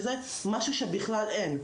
שזה משהו שבכלל אין,